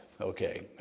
Okay